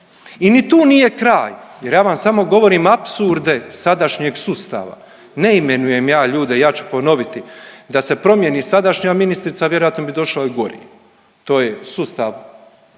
i ni tu nije kraj jer ja vam samo govorim apsurde sadašnjeg sustava. Ne imenujem ja ljude, ja ću ponoviti da se promijeni sadašnja ministrica, vjerojatno bi došao i gori, to je sustav